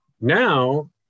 Now